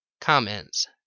Comments